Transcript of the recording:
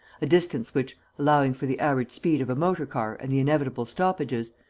a distance which, allowing for the average speed of a motor-car and the inevitable stoppages,